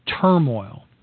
turmoil